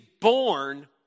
born